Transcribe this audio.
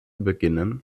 beginnen